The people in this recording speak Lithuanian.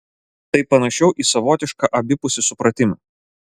tai panašiau į savotišką abipusį supratimą